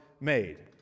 made